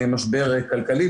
משבר כלכלי.